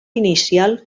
inicial